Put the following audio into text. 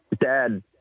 dad